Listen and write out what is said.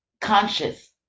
conscious